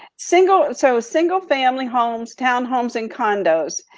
single and so single family homes, townhomes in condos.